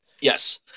Yes